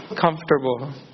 comfortable